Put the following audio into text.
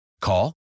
Call